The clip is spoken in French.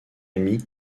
ami